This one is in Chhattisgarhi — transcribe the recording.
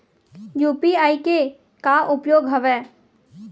यू.पी.आई के का उपयोग हवय?